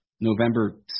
November